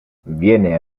viene